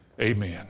Amen